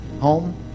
Home